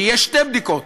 כי יש שתי בדיקות,